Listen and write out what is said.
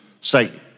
Satan